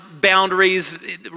boundaries